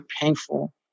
painful